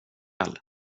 ikväll